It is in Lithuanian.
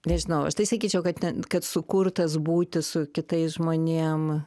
nežinau aš tai sakyčiau kad kad sukurtas būti su kitais žmonėm